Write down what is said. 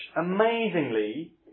amazingly